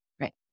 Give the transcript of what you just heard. right